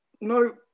no